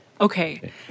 Okay